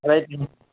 ரைட்டுண்ணே